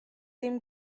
den